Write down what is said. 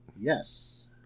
Yes